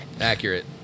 Accurate